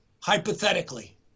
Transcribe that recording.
hypothetically